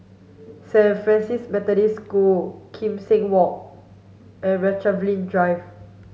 Saint Francis Methodist School Kim Seng Walk and Rochalie Drive